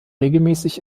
regelmäßig